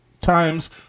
times